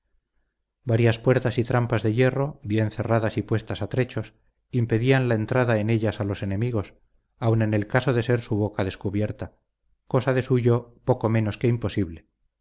varias puertas y trampas de hierro bien cerradas y puestas a trechos impedían la entrada en ellas a los enemigos aun en el caso de ser su boca descubierta cosa de suyo poco menos que imposible